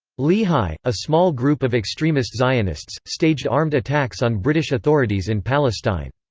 lehi, a small group of extremist zionists, staged armed attacks on british authorities in palestine.